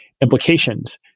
implications